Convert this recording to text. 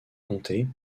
compter